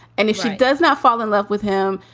and if she does not fall in love with him,